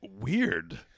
Weird